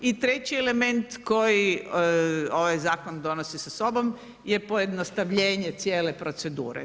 I treći element koji ovaj Zakon donosi sa sobom je pojednostavljenje cijele procedure.